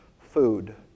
food